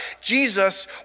Jesus